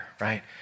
right